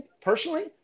personally